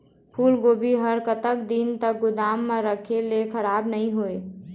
फूलगोभी हर कतका दिन तक गोदाम म रखे ले खराब नई होय?